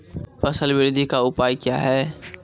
फसल बृद्धि का उपाय क्या हैं?